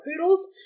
Poodles